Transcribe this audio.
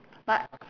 but